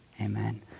Amen